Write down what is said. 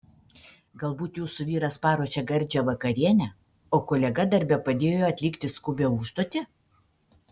galbūt jūsų vyras paruošė gardžią vakarienę o kolega darbe padėjo atlikti skubią užduotį